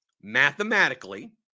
mathematically